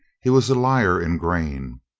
he was a liar in grain,